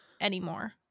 anymore